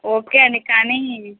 okay అండి కానీ